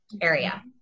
area